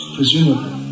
Presumably